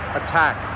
attack